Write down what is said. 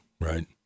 right